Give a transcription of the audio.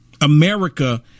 America